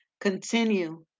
Continue